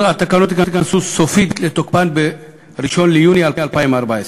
התקנות ייכנסו סופית לתוקפן ב-1 ביולי 2014,